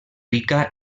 rica